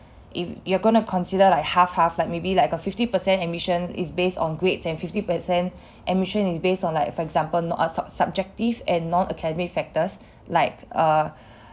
if you're gonna consider like half half like maybe like a fifty percent admission is based on grades and fifty percent admission is based on like for example no uh sub~ subjective and non-academic factors like err